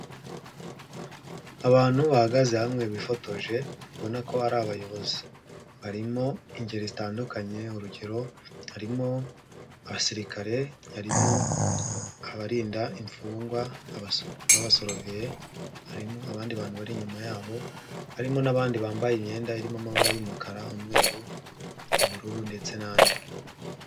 Abantu bahagaze hamwe bifotoje, ubona ko ari abayobozi. Barimo ingeri zitandukanye; urugero: harimo abasirikare, harimo abarinda imfungwa b'abasoroviya, harimo abandi bantu bari inyuma yabo, harimo n'abandi bambaye imyenda irimo amabara y'umukara n'umweru, ubururu ndetse n'andi.